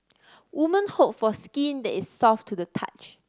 women hope for skin that is soft to the touch